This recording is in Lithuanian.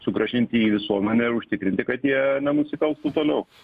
sugrąžinti į visuomenę ir užtikrinti kad jie nenusikalstų toliau